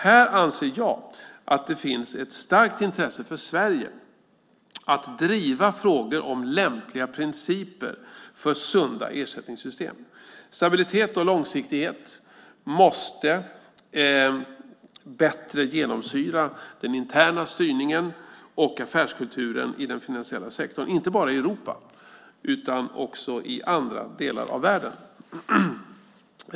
Här anser jag att det finns ett starkt intresse för Sverige att driva frågor om lämpliga principer för sunda ersättningssystem. Stabilitet och långsiktighet måste bättre genomsyra den interna styrningen och affärskulturen i den finansiella sektorn, inte bara i Europa utan också i andra delar av världen.